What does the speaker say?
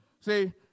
See